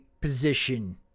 position